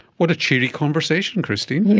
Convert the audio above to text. what a cheery conversation christine! yeah!